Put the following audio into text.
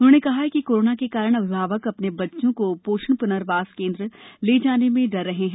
उन्होंने कहा कि कोरोना के कारण अभिभावक अपने बच्चों को पोषण पुर्नवास केन्द्र ले जाने में डर रहे हैं